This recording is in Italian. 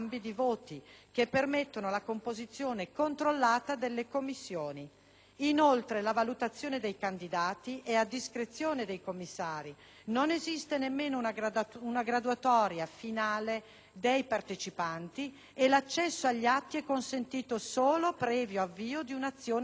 che permettono la composizione controllata delle commissioni. Inoltre la valutazione dei candidati è a discrezione dei commissari, non esiste nemmeno una graduatoria finale dei partecipanti e l'accesso agli atti è consentito solo previo avvio di un'azione legale.